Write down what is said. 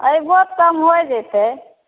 अयबहो कम होए जेतै